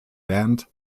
band